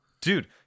Dude